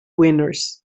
winners